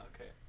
Okay